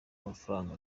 amafaranga